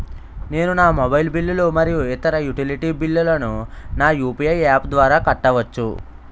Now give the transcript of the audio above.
నేను నా మొబైల్ బిల్లులు మరియు ఇతర యుటిలిటీ బిల్లులను నా యు.పి.ఐ యాప్ ద్వారా కట్టవచ్చు